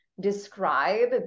describe